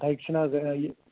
تۅہہِ چھِنہٕ حظ یہِ